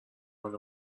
حالا